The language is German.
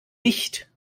dicht